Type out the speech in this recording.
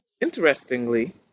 interestingly